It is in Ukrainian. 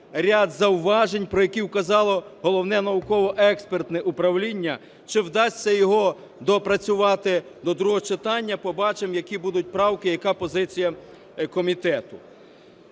ряд зауважень, про які вказало Головне науково-експертне управління. Чи вдасться його доопрацювати до другого читання? Побачмо, які будуть правки, яка позиція комітету.